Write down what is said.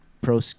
pro